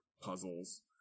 puzzles